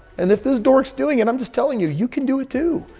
and if those dorks doing and i'm just telling you you can do it too.